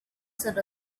sort